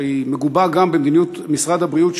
שמגובה גם במדיניות משרד הבריאות,